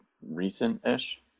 recent-ish